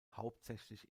hauptsächlich